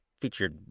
featured